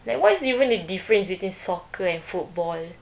like what is even the difference between soccer and football